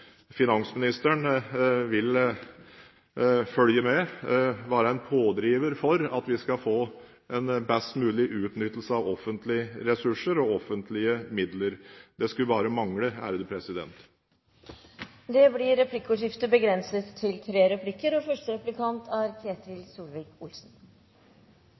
finansministeren vil følge med og være en pådriver for at vi skal få en best mulig utnyttelse av offentlige ressurser og offentlige midler. Det skulle bare mangle! Det blir replikkordskifte.